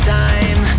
time